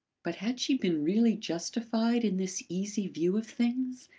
but had she been really justified in this easy view of things?